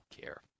care